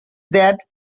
that